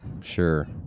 Sure